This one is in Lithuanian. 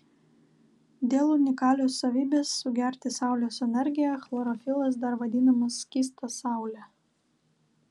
dėl unikalios savybės sugerti saulės energiją chlorofilas dar vadinamas skysta saule